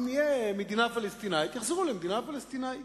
אם תהיה מדינה פלסטינית, יחזרו למדינה הפלסטינית.